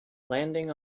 landing